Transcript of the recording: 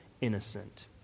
innocent